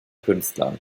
künstlern